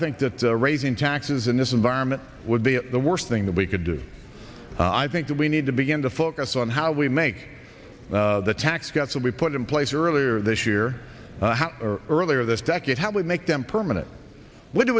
think that the raising taxes in this environment would be the worst thing that we could do i think that we need to begin to focus on how we make the tax cuts that we put in place earlier this year earlier this decade how we make them permanent what do